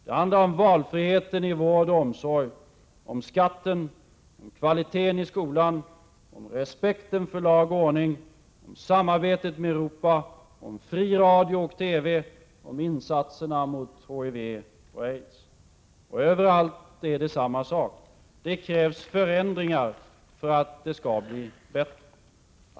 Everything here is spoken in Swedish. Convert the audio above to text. Det handlar om valfriheten i vård och omsorg, skatten, kvaliteten i skolan, respekten för lag och ordning, samarbetet med Europa, fri radio och TV samt insatserna mot HIV och aids. Överallt är det fråga om samma sak. Det krävs förändringar för att det skall bli bättre.